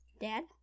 Dad